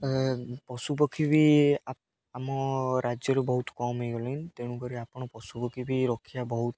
ପଶୁପକ୍ଷୀ ବି ଆମ ରାଜ୍ୟରୁ ବହୁତ କମ୍ ହେଇଗଲେଣି ତେଣୁକରି ଆପଣ ପଶୁପକ୍ଷୀ ବି ରଖିବା ବହୁତ